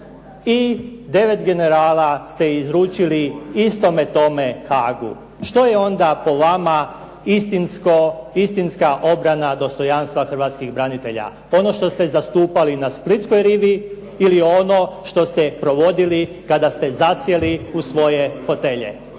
i 9 generala ste izručili istome tome Haagu. Što je onda po vama istinska obrana dostojanstva hrvatskih branitelja? Ono što ste zastupali na splitskoj rivi ili ono što ste provodili kada ste zasjeli u svoje fotelje.